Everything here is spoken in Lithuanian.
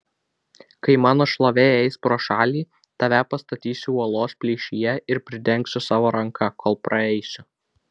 kai mano šlovė eis pro šalį tave pastatysiu uolos plyšyje ir pridengsiu savo ranka kol praeisiu